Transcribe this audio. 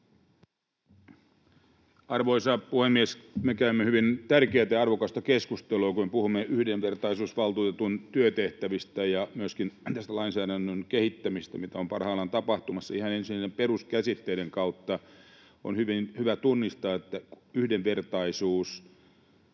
Arvoisa puhemies! Me käymme hyvin tärkeätä ja arvokasta keskustelua, kun puhumme yhdenvertaisuusvaltuutetun työtehtävistä ja myöskin tästä lainsäädännön kehittämisestä, mitä on parhaillaan tapahtumassa. Ihan ensiksi peruskäsitteiden kautta on hyvä tunnistaa, että yhdenvertaisuus